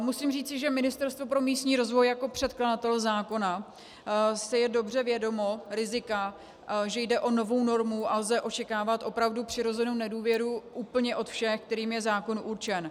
Musím říci, že Ministerstvo pro místní rozvoj jako předkladatel zákona si je dobře vědomo rizika, že jde o novou normu a lze očekávat opravdu přirozenou nedůvěru úplně od všech, kterým je zákon určen.